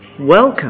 welcome